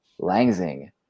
langzing